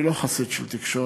אני לא חסיד של תקשורת,